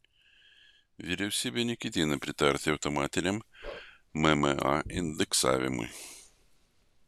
vyriausybė neketina pritarti automatiniam mma indeksavimui